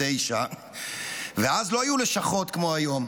1989. ואז לא היו לשכות כמו היום,